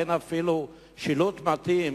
אין אפילו שילוט מתאים